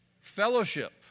Fellowship